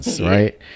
Right